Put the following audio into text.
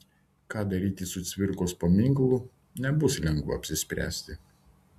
ką daryti su cvirkos paminklu nebus lengva apsispręsti